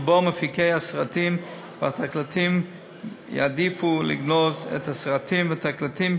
שבו מפיקי הסרטים והתקליטים יעדיפו לגנוז את הסרטים והתקליטים